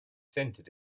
centered